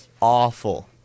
awful